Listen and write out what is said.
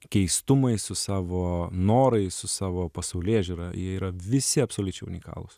keistumais su savo norais su savo pasaulėžiūra jie yra visi absoliučiai unikalūs